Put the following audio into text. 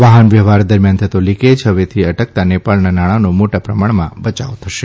વાહન વ્યવહાર દરમિયાન થતો લીકેજ હવેથી અટકતાં ને ાળના નાણાંનો મોટા પ્રમાણમાં બચાવ થશે